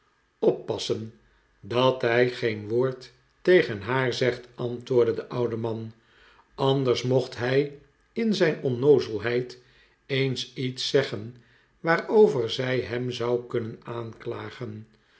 oppassen dat hij geen woord tegen haar zegt antwoordde de oude man anders mocht hij in zijn onnoozelheid eens iets zeggeri waarover zij hem zou kunnen aankiagen